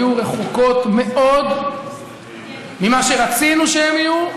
היו רחוקות מאוד ממה שרצינו שהם יהיו,